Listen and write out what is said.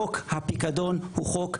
חוק הפיקדון הוא חוק ניקיון.